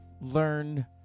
learn